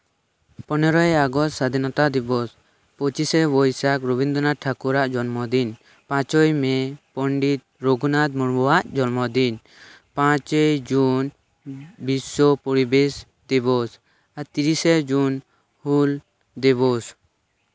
ᱯᱚᱱᱨᱚᱭ ᱟᱜᱚᱥᱴ ᱥᱟᱫᱷᱤᱱᱚᱛᱟ ᱫᱤᱵᱚᱥ ᱯᱚᱸᱪᱤᱥᱮ ᱵᱳᱭᱥᱟᱠᱷ ᱨᱚᱵᱤᱱᱫᱚᱨᱚᱱᱟᱛᱷ ᱴᱷᱟᱹᱠᱩᱨ ᱟᱜ ᱡᱚᱱᱢᱚ ᱫᱤᱱ ᱯᱟᱸᱪᱳᱭ ᱢᱮ ᱯᱚᱱᱰᱤᱛ ᱨᱚᱜᱷᱩᱱᱟᱛᱷ ᱢᱩᱨᱢᱩ ᱟᱜ ᱡᱚᱱᱢᱚ ᱫᱤᱱ ᱯᱟᱸᱪᱮᱭ ᱡᱩᱱ ᱵᱤᱥᱥᱚ ᱯᱚᱨᱤᱵᱮᱥ ᱫᱤᱵᱚᱥ ᱛᱤᱨᱤᱥᱮ ᱡᱩᱱ ᱦᱩᱞ ᱫᱤᱵᱚᱥ